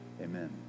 Amen